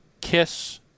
Kiss